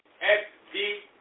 S-D